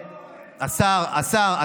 השר, השר.